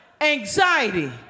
Anxiety